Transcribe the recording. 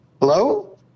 Hello